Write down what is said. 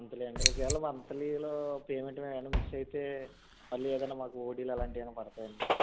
monthly అండి ఒకవేళ మంత్లీలో పేమెంట్ కానీ ఏమైనా మిస్ అయితే మళ్ళీ ఏదైనా మాకు ఓడిలు అలాంటివి ఏమైనా పడతాయా అండి